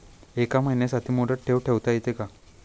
एका महिन्यासाठी मुदत ठेव ठेवता येते का?